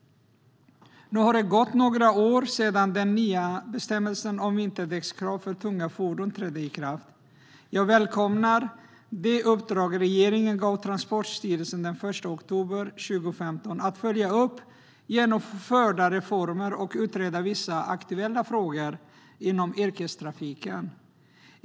Nu har det gått några år sedan den nya bestämmelsen om krav på vinterdäck på tunga fordon trädde i kraft. Jag välkomnar det uppdrag som regeringen gav Transportstyrelsen den 1 oktober 2015 om att följa upp genomförda reformer och utreda vissa aktuella frågor inom yrkestrafiken.